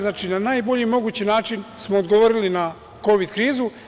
Znači, na najbolji mogući način smo odgovorili na kovid krizu.